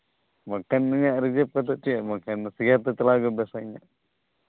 ᱵᱟᱠᱷᱟᱱ ᱱᱩᱭᱟᱜ ᱨᱤᱡᱟᱹᱵᱷ ᱠᱟᱛᱮᱫ ᱪᱮᱫ ᱵᱟᱠᱷᱟᱱ ᱫᱚ ᱥᱮᱭᱟᱨ ᱛᱮ ᱪᱟᱞᱟᱣ ᱜᱮ ᱵᱮᱥᱼᱟ ᱤᱧᱟᱹᱜ